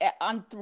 on